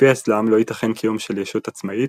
לפי האסלאם לא ייתכן קיום של ישות עצמאית,